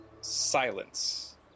silence